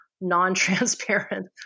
non-transparent